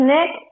Nick